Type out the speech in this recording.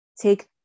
take